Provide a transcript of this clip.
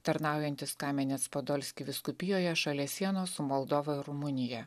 tarnaujantis kamenec podolski vyskupijoje šalia sienos su moldova ir rumunija